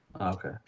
okay